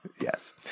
Yes